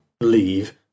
leave